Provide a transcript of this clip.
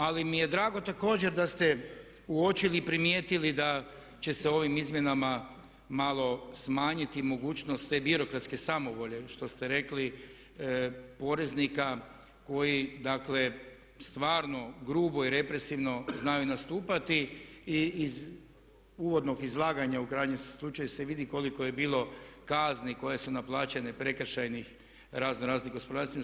Ali mi je drago također da ste uočili i primijetili da će se ovim izmjenama malo smanjiti mogućnost te birokratske samovolje što ste rekli poreznika koji dakle stvarno grubo i represivno znaju nastupati i iz uvodnog izlaganja u krajnjem slučaju se vidi koliko je bilo kazni koje su naplaćene prekršajnih razno raznim gospodarstvenicima.